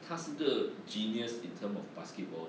他是的 genius in term of basketball